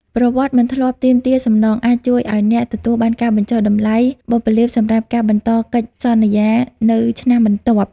ប្រវត្តិមិនធ្លាប់ទាមទារសំណង អាចជួយឱ្យអ្នកទទួលបានការបញ្ចុះតម្លៃបុព្វលាភសម្រាប់ការបន្តកិច្ចសន្យានៅឆ្នាំបន្ទាប់។